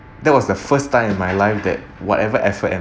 that was the first time in my life that whatever effort